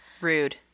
Rude